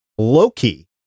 Loki